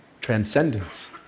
transcendence